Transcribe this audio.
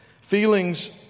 Feelings